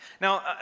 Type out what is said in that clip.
Now